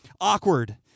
awkward